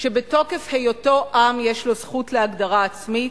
שבתוקף היותו עם יש לו זכות להגדרה עצמית,